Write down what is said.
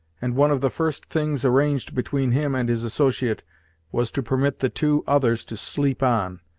and one of the first things arranged between him and his associate was to permit the two others to sleep on,